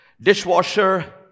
dishwasher